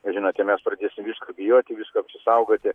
žinote mes pradėsim visko bijoti visko apsisaugoti